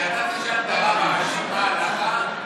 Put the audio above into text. שאתה תשאל את הרב הראשי מה ההלכה,